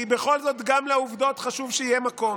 כי בכל זאת גם לעובדות חשוב שיהיה מקום.